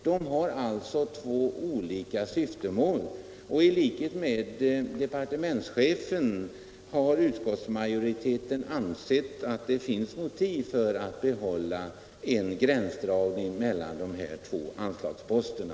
De båda anslagen har sålunda två olika syften, och i likhet med departementschefen har utskottsmajoriteten ansett att det finns motiv för att behålla en gränsdragning mellan de två anslagsposterna.